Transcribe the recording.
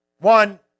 One